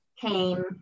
came